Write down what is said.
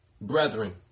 brethren